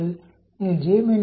நீங்கள் j 0